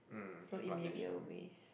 so it may be a waste